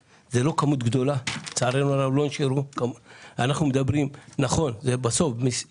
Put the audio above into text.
ומתמעטת, לצערנו הרב, ולדעתי צריך